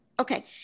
Okay